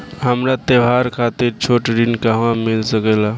हमरा त्योहार खातिर छोटा ऋण कहवा मिल सकेला?